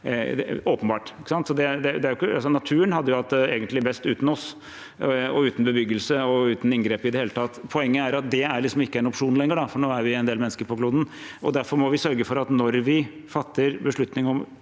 Naturen hadde egentlig hatt det best uten oss, uten bebyggelse og uten inngrep i det hele tatt. Poenget er at det ikke er en opsjon lenger, for nå er vi en del mennesker på kloden. Derfor må vi sørge for at når vi fatter beslutning om